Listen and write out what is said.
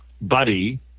buddy